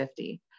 50